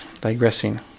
digressing